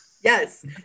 Yes